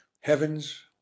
Heavens